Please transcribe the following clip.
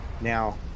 now